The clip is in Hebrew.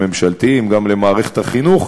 הממשלתיים,